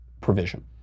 provision